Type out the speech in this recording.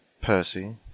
Percy